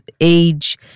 age